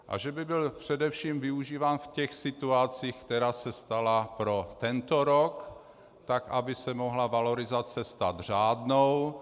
A že by byl především využíván v situacích, které se staly pro tento rok, tak, aby se mohla valorizace stát řádnou.